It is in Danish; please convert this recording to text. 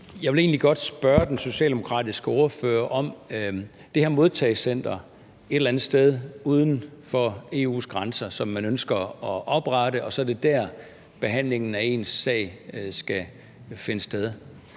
Jeg vil egentlig godt spørge den socialdemokratiske ordfører om det her modtagecenter, som man ønsker at oprette et eller andet sted uden for EU's grænser, og som så er dér, at behandlingen af ens sag skal finde sted.